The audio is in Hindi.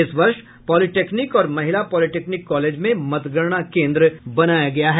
इस वर्ष पॉलिटेक्निक और महिला पॉलिटेक्निक कॉलेज में मतगणना केन्द्र बनाया गया है